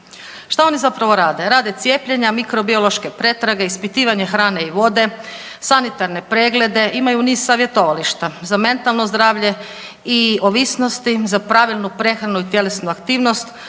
šta oni zapravo rade? Rade cijepljenja, mikrobiološke pretrage, ispitivanje hrane i vode, sanitarne preglede, imaju niz savjetovališta za mentalno zdravlje i ovisnosti, za pravilnu prehranu i tjelesnu aktivnost,